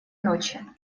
ночи